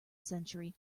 century